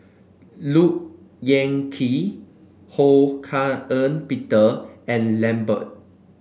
Look Yan Kit Ho Hak Ean Peter and Lambert